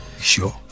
Sure